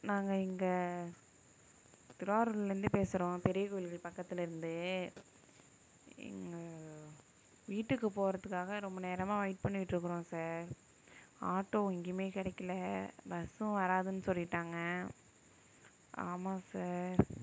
நாங்கள் இங்கே திருவாரூர்லேந்து பேசுகிறோம் பெரிய கோயிலுக்கு பக்கத்துலருந்து எங்கள் வீட்டுக்கு போகறதுக்காக ரொம்ப நேரமாக வெயிட் பண்ணிட்டுருக்குறோம் சார் ஆட்டோ எங்கேயுமே கிடைக்கல பஸ்ஸும் வராதுன்னு சொல்லிவிட்டாங்க ஆமாம் சார்